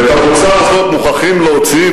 ואת הבוצה הזו מוכרחים להוציא,